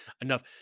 enough